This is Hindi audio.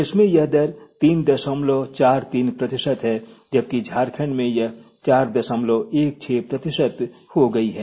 देश में यह दर तीन दशमलव चार तीन प्रतिशत है जबकि झारखंड में यह चार दशमलव एक छह प्रतिशत हो गयी है